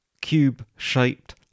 cube-shaped